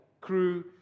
crew